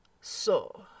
So